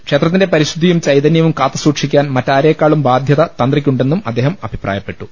ക്ഷേത്ര ത്തിന്റെ പരിശുദ്ധിയും ചൈതന്യവും കാത്തു സൂക്ഷിക്കാൻ മറ്റാ രേക്കാളും ബാധൃത തന്ത്രിക്കുണ്ടെന്നും അദ്ദേഹം അഭിപ്രായ പ്പെട്ടു